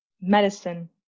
medicine